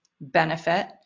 benefit